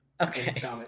Okay